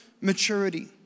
maturity